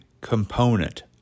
component